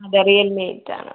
അതെ Realme eight ആണ്